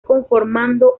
conformando